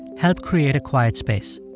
helped create a quiet space.